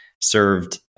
served